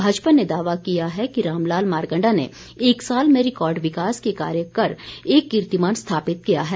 भाजपा ने दावा किया है कि रामलाल मारकण्डा ने एक साल में रिकॉर्ड विकास के कार्य कर एक कीर्तिमान स्थापित किया है